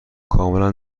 کاملا